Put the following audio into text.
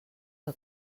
què